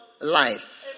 life